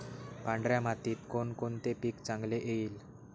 पांढऱ्या मातीत कोणकोणते पीक चांगले येईल?